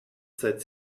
seit